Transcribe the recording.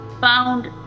found